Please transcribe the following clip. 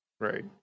right